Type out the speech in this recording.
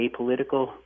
apolitical